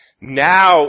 Now